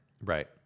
right